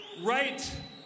right